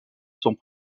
sont